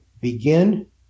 begin